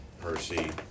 Percy